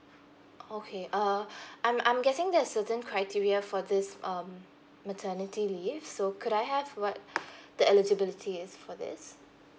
okay err I'm I'm guessing there's certain criteria for this um maternity leave so could I have what the eligibility is for this